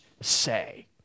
say